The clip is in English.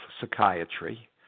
psychiatry